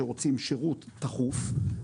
שרוצים שירות דחוף,